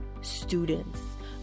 students